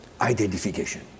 identification